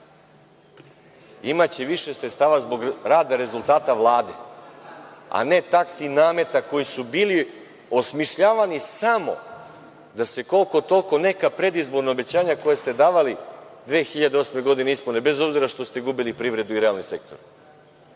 Imaće više sredstava zbog rada i rezultata Vlade, a ne taksi i nameta koji su bili osmišljavani samo da se koliko-toliko neka predizborna obećanja koja ste davali 2008. godine ispune, bez obzira što ste gubili privredu i realni sektor. Cela